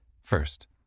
First